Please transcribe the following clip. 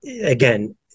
Again